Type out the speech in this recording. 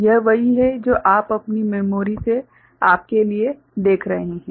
यह वही है जो आप अपनी मेमोरी से आपके लिए देख रहे हैं